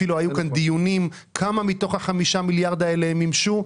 אפילו היו כאן דיונים כמה מתוך ה-5 מיליארד האלה מימשו.